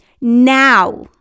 now